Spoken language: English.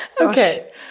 okay